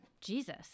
Jesus